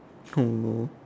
oh no